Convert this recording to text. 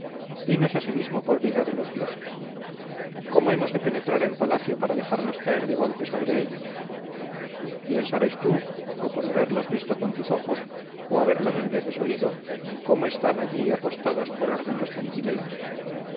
dinos asimismo por vida de los dioses cómo hemos de penetrar en palacio para dejarnos caer de golpe sobre ellos bien sabes tú o por haberlos visto con tus ojos o haberlo mil veces oído cómo están allí apostados por orden los centinelas